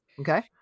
Okay